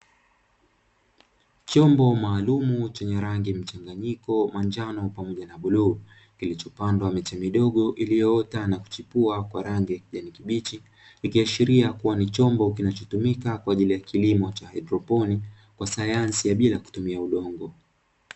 Chombo maalumu chenye rangi mchanganyiko manjano pamoja na bluu, kilichopandwa miche midogo iliyoota na kuchipua kwa rangi ya kijani kibichi; ikiashiria kuwa ni chombo kinachotumika kwa ajili ya kilimo cha haidroponi, kwa sayansi ya bila kutumia udongo.